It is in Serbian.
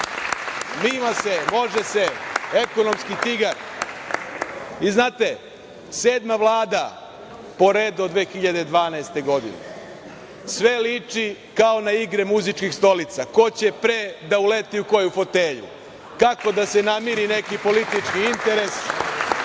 Ima se, može se, ekonomski tigar. Znate, sedma Vlada po redu od 2012. godine. Sve liči kao na igre muzičkih stolica, ko će pre da uleti u koju fotelju, kako da se namiri neki politički interes,